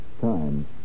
time